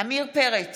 עמיר פרץ,